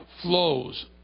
flows